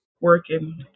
working